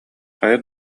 хайа